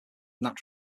natural